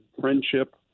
friendship